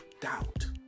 doubt